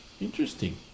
Interesting